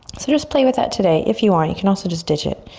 so just play with that today, if you want, you can also just ditch it.